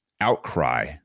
outcry